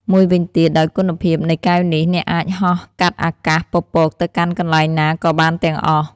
មួយវិញទៀតដោយគុណភាពនៃកែវនេះ អ្នកអាចហោះកាត់អាកាសពពកទៅកាន់កន្លែងណាក៏បានទាំងអស់។